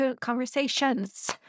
conversations